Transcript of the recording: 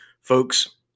Folks